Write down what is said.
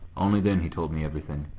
only then he told me everything.